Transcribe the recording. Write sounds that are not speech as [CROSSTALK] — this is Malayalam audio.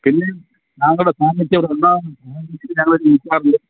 പിന്നെ താങ്കളുടെ സാന്നിധ്യം അവിടെ ഉണ്ടാവണം [UNINTELLIGIBLE]